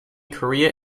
korea